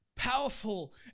powerful